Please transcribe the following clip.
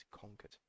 conquered